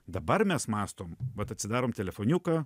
dabar mes mąstom vat atsidarom telefoniuką